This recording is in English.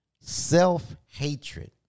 Self-hatred